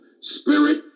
Spirit